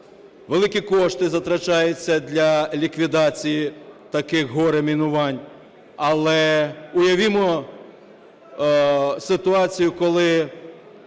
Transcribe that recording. великі кошти затрачаються для ліквідації таких горе-мінувань. Але уявімо ситуацію, коли